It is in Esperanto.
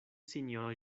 sinjoro